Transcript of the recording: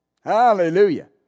Hallelujah